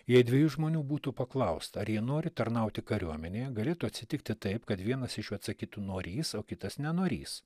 jei dviejų žmonių būtų paklausta ar jie nori tarnauti kariuomenėje galėtų atsitikti taip kad vienas iš jų atsakytų norįs o kitas nenorįs